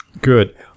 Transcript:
Good